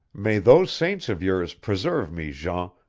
may those saints of yours preserve me, jean,